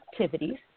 activities